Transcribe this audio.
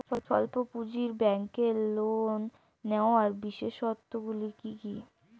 স্বল্প পুঁজির ব্যাংকের লোন নেওয়ার বিশেষত্বগুলি কী কী?